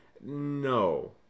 No